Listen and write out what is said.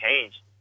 change